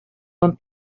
son